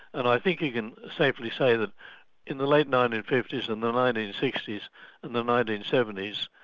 and i think you can safely say that in the late nineteen fifty s and the nineteen sixty s and the nineteen seventy s,